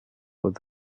with